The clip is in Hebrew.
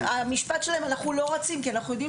המשפט שלהם: אנחנו לא רצים כי אנחנו יודעים